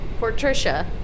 Portricia